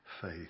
faith